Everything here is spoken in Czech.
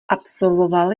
absolvoval